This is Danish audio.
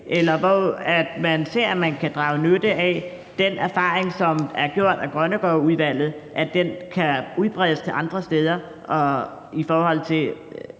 fordi man ser at man kan drage nytte af den erfaring, som er gjort af Grønnegårdudvalget, og at den kan udbredes til andre steder i forhold til